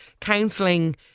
counselling